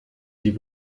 die